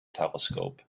telescope